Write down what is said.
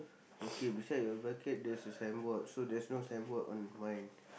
okay beside your bucket there's a signboard so there's no signboard on mine